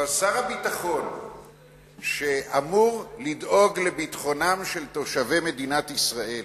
שר הביטחון שאמור לדאוג לביטחונם של תושבי מדינת ישראל